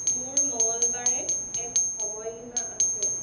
মোৰ মঙলবাৰে এক সময়সীমা আছে